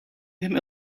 him